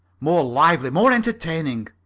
more lively, more entertaining.